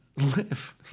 live